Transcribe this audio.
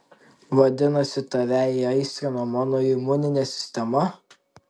vadinasi tave įaistrino mano imuninė sistema